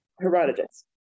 Herodotus